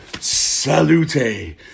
salute